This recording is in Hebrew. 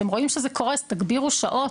אתם רואים שזה קורס, תגבירו שעות.